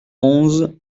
onze